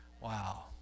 Wow